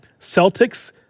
Celtics